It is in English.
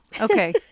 okay